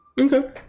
Okay